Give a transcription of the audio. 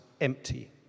empty